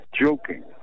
joking